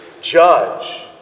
judge